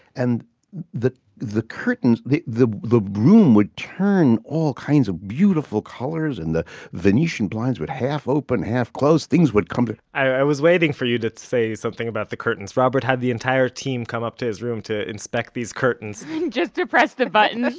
and the the curtains, the the room would turn all kinds of beautiful colors and the venetian blinds would half open, half close, things would come, i was waiting for you to say something about the curtains. robert had the entire team come up to his room, to inspect these curtains just to press the buttons.